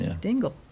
Dingle